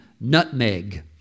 nutmeg